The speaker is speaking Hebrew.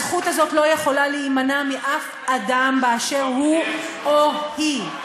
הזכות הזאת לא יכולה להימנע מאף אדם באשר הוא או היא.